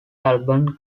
album